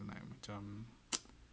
like macam